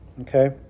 Okay